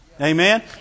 Amen